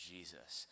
Jesus